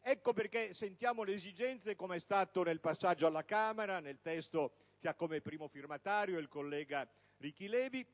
Ecco perché sentiamo l'esigenza, come è stato nel passaggio alla Camera nel testo che ha come primo firmatario il collega Levi,